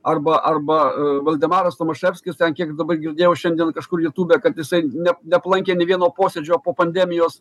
arba arba valdemaras tomaševskis kiek dabar girdėjau šiandien kažkur jutube kad jisai net neaplankė nė vieno posėdžio po pandemijos